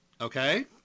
okay